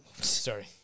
sorry